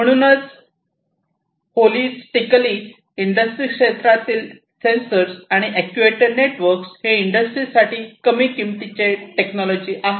म्हणूनच होलीजटेकली इंडस्ट्री क्षेत्रातील सेन्सर आणि अॅक्ट्युएटर नेटवर्क हे इंडस्ट्रीज साठी कमी किमतीची टेक्नॉलॉजी आहे